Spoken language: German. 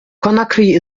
conakry